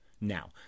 Now